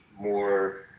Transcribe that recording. more